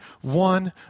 one